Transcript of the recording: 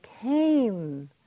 came